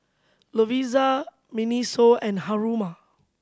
Lovisa MINISO and Haruma